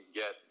get